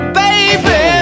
baby